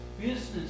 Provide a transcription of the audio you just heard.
business